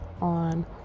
on